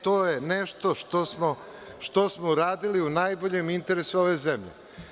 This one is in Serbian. To je nešto što smo radili u najboljem interesu ove zemlje.